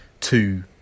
two